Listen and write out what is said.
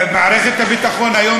מערכת הביטחון היום,